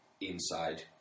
inside